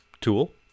tool